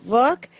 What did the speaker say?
work